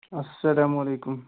السلام علیکُم